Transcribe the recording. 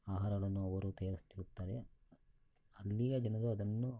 ಆಹಾರಗಳನ್ನು ಅವರು ತಯಾರ್ಸ್ತಿರುತ್ತಾರೆ ಅಲ್ಲಿಯ ಜನರು ಅದನ್ನು